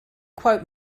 quote